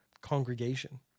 congregation